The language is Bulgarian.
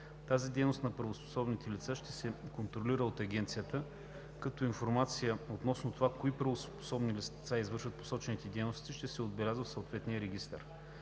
Тази дейност на правоспособните лица ще се контролира от Агенцията, като информация относно това, кои правоспособни лица извършват посочените дейности, ще се отбелязва в съответния регистър.